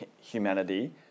humanity